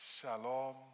shalom